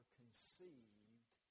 conceived